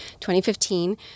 2015